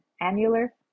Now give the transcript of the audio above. annular